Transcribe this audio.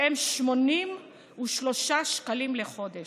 שהם 83 שקלים לחודש.